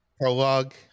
Prologue